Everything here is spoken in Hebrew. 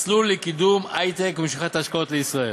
מסלול לקידום היי-טק ומשיכת השקעות לישראל.